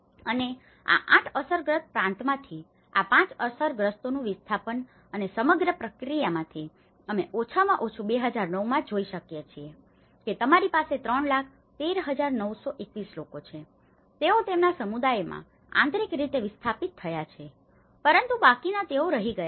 અને આ 8 અસરગ્રસ્ત પ્રાંતમાંથી આ 5 અસરગ્રસ્તોનું વિસ્થાપન અને સમગ્ર પ્રક્રિયામાંથી અમે ઓછામાં ઓછું 2009 માં જોઈ શકીએ છીએ કે તમારી પાસે 3 લાખ 13921 લોકો છે તેઓ તેમના સમુદાયોમાં આંતરિક રીતે વિસ્થાપિત થયા છે પરંતુ બાકીના તેઓ રહી ગયા છે